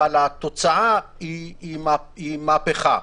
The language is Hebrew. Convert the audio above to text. התוצאה היא מהפכה,